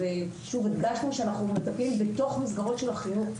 הדגשנו שאנחנו מטפלים בתוך המסגרות של החינוך.